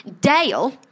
Dale